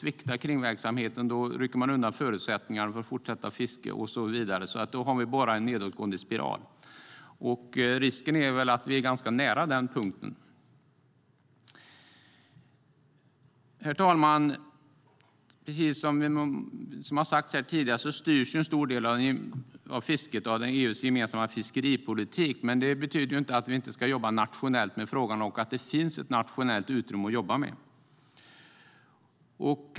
Man rycker undan förutsättningarna för fortsatt fiske och så vidare, och då får man bara en nedåtgående spiral. Risken är att vi är ganska nära den punkten. Herr talman! Som har sagts tidigare här styrs en stor del av fisket av EU:s gemensamma fiskeripolitik, men det betyder inte att vi inte ska jobba nationellt med frågan. Det finns ett nationellt utrymme att jobba med.